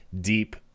deep